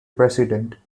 president